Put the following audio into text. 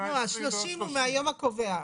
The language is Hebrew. ה-30 הוא מהיום הקובע.